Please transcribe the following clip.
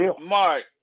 Mark